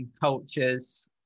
cultures